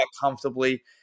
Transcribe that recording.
comfortably